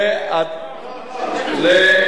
ממש לא.